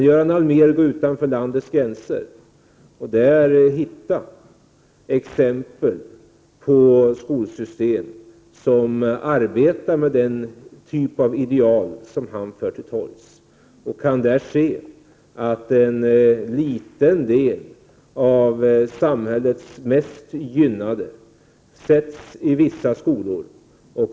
Göran Allmér kan gå utanför landets gränser och där hitta exempel på skolsystem, som arbetar med den typ av ideal som han för fram. Han kan där se att en liten del av samhällets mest gynnade sätts i vissa skolor.